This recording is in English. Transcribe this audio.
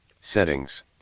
Settings